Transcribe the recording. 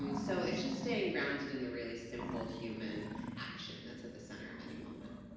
um so it's just staying grounded in the really simple human action that's at the center of any moment.